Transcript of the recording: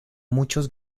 muchos